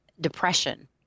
depression